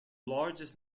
largest